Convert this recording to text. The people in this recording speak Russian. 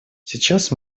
сейчас